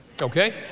Okay